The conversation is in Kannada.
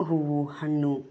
ಹೂವು ಹಣ್ಣು